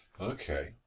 Okay